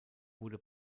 wurde